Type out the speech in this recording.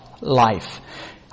life